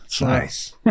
nice